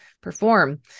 perform